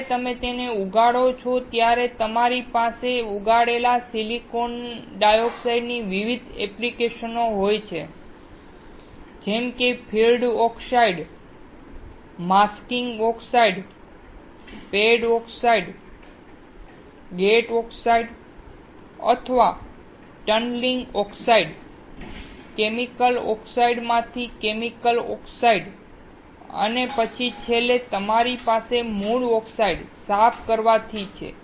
જ્યારે તમે તેને ઉગાડો છો ત્યારે તમારી પાસે ઉગાડેલા સિલિકોન ડાયોક્સાઇડની વિવિધ એપ્લિકેશન હોય છે જેમ કે field oxide masking oxide pad oxide gate oxide અથવા ટનલિંગ ઓક્સાઇડ કેમિકલ ઓક્સાઇડમાંથી કેમિકલ ઓક્સાઇડ અને પછી છેલ્લે તમારી પાસે મૂળ ઓક્સાઇડ સાફ કરવાથી છે